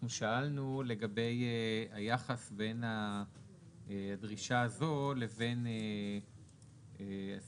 שאלנו לגבי היחס בין הדרישה הזאת לבין הסעיפים